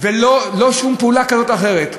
ולא שום פעולה כזאת או אחרת.